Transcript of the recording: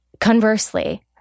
Conversely